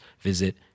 visit